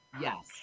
Yes